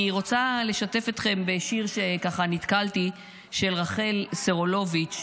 אני רוצה לשתף אתכם בשיר שככה נתקלתי בו של רחל סרולוביץ.